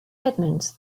edmunds